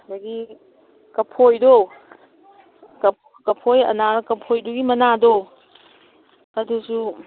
ꯑꯗꯒꯤ ꯀꯐꯣꯏꯗꯣ ꯀꯐꯣꯏ ꯑꯅꯥꯜ ꯀꯐꯣꯏꯗꯨꯒꯤ ꯃꯅꯥꯗꯣ ꯑꯗꯨꯁꯨ